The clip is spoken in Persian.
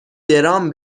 درام